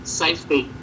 safety